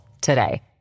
today